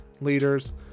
leaders